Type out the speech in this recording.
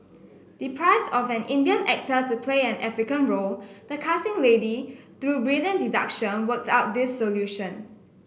deprived of an Indian actor to play an African role the casting lady through brilliant deduction worked out this solution